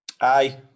Aye